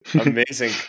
Amazing